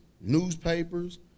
newspapers